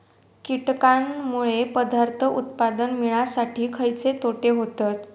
कीटकांनमुळे पदार्थ उत्पादन मिळासाठी खयचे तोटे होतत?